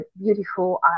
beautiful